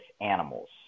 animals